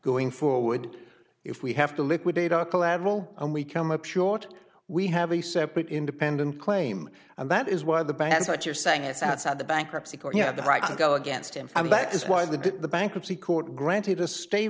going forward if we have to liquidate our collateral and we come up short we have a separate independent claim and that is why the bad part you're saying is outside the bankruptcy court you have the right to go against him and that is why the bankruptcy court granted a stay